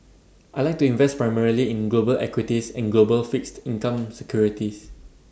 I Like to invest primarily in global equities and global fixed income securities